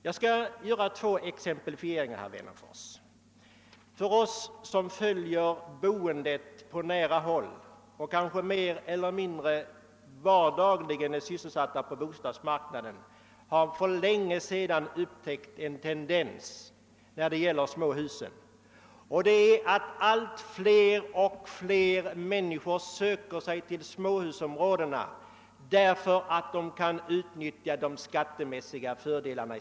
Jag skall lämna ett exempel, herr Wennerfors. Vi som följer boendefrågan på nära håll och som kanske mer eller mindre till vardags är sysselsatta på bostadsmarknaden har för länge sedan upptäckt det förhållandet att allt fler människor söker sig till de friliggande småhusen därför att de då kan utnyttja de skattemässiga fördelarna.